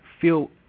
feel